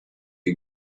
you